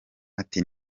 ati